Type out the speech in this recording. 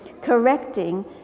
correcting